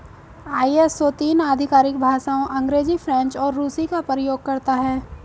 ISO तीन आधिकारिक भाषाओं अंग्रेजी, फ्रेंच और रूसी का प्रयोग करता है